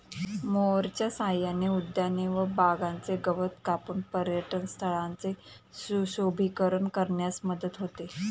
मोअरच्या सहाय्याने उद्याने व बागांचे गवत कापून पर्यटनस्थळांचे सुशोभीकरण करण्यास मदत होते